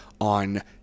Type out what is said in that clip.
on